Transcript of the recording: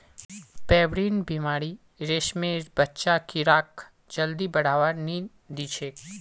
pebrine बीमारी रेशमेर बच्चा कीड़ाक जल्दी बढ़वा नी दिछेक